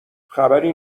خبری